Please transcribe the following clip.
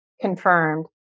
confirmed